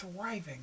thriving